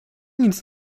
nic